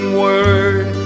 word